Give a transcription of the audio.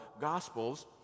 gospels